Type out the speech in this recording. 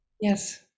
yes